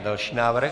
Další návrh.